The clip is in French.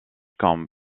comme